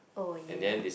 oh ya